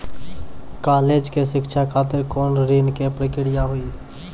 College के शिक्षा खातिर कौन ऋण के प्रक्रिया हुई?